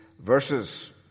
verses